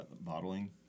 bottling